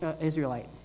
Israelite